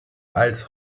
als